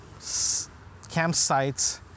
campsites